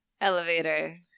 elevator